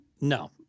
No